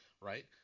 right